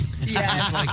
Yes